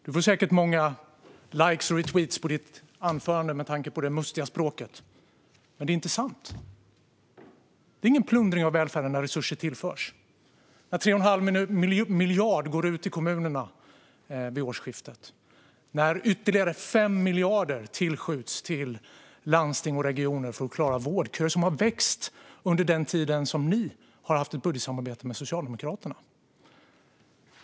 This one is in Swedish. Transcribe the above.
Du får säkert många likes och retweets på ditt anförande med tanke på ditt mustiga språk. Men det är inte sant. Det är ingen plundring av välfärden när resurser tillförs, när 3 1⁄2 miljard går ut till kommunerna vid årsskiftet, när ytterligare 5 miljarder tillskjuts till landsting och regioner för att de ska klara den vårdkö som har växt under den tid som ni har haft ett budgetsamarbete med Socialdemokraterna.